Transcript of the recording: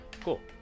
cool